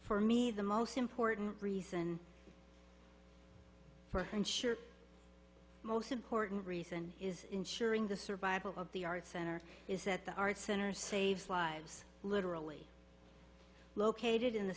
for me the most important reason for and sure most important reason is ensuring the survival of the art center is that the art center saves lives literally located in